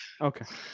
Okay